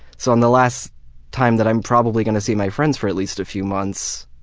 so on the last time that i'm probably gonna see my friends for at least a few months,